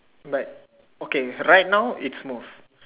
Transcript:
but okay right now is most